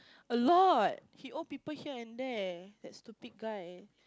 a lot he owe people here and there that stupid guy